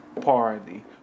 party